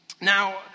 Now